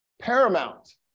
paramount